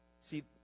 see